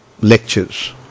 lectures